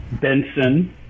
Benson